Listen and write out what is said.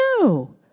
no